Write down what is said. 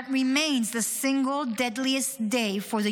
That remains the single deadliest day for the